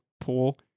pool